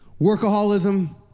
workaholism